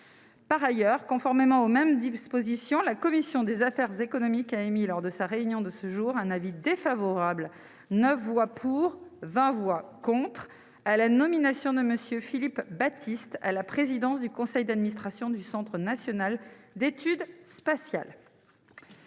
Par ailleurs, conformément aux mêmes dispositions, la commission des affaires économiques a émis, lors de sa réunion de ce jour, un avis défavorable- 9 voix pour, 20 voix contre -à la nomination de M. Philippe Baptiste à la présidence du conseil d'administration du Centre national d'études spatiales.